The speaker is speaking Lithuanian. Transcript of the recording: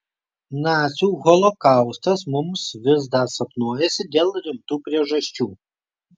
nacių holokaustas mums vis dar sapnuojasi dėl rimtų priežasčių